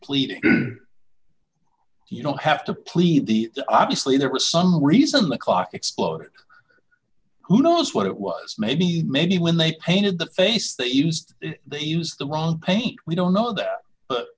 pleading you don't have to plead the obviously there were some reason the clock exploded who knows what it was many many when they painted the face they used they used the wrong paint we don't know